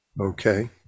Okay